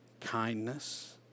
kindness